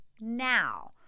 now